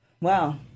Wow